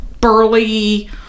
burly